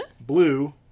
Blue